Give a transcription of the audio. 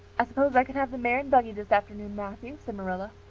i suppose i can have the mare and buggy this afternoon, matthew? said marilla.